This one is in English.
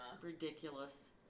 ridiculous